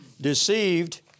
deceived